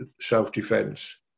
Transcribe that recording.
self-defense